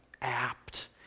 apt